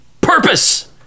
purpose